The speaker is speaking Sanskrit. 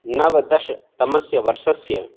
नवदशतमस्य वर्षस्य